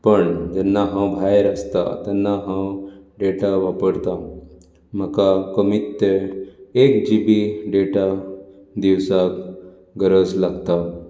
पण जेन्नां हांव भायर आसता तेन्ना हांव डेटा वापरतां म्हाका कमीत ते एक जीबी डेटा दिवसाक गरज लागता